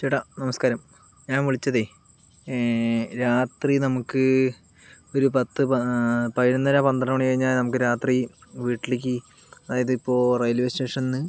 ചേട്ടാ നമസ്കാരം ഞാൻ വിളിച്ചതേ രാത്രി നമുക്ക് ഒരു പത്ത് പതിനൊന്നര പന്ത്രണ്ട് മണി കഴിഞ്ഞാൽ നമുക്ക് രാത്രി വീട്ടിലേയ്ക്ക് അതായതിപ്പോൾ റെയിൽവേ സ്റ്റേഷനിൽ നിന്ന്